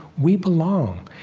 we belong.